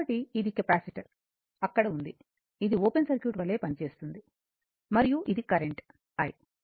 కాబట్టి ఇది కెపాసిటర్ అక్కడ ఉంది ఇది ఓపెన్ సర్క్యూట్ వలె పనిచేస్తుంది మరియు ఇది కరెంటు i